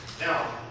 now